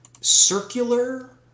circular